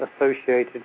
associated